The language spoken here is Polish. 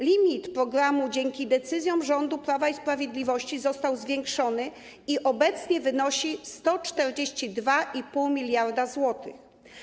Limit programu dzięki decyzjom rządu Prawa i Sprawiedliwości został zwiększony i obecnie wynosi 142,5 mld zł.